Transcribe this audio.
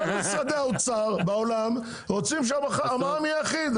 כל משרדי האוצר בעולם רוצים שהמע"מ יהיה אחיד,